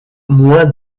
moins